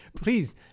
Please